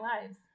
lives